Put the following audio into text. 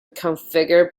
configure